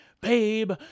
babe